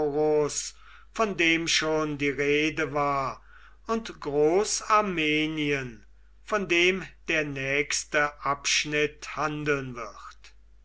von dem schon die rede war und groß armenien von dem der nächste abschnitt handeln wird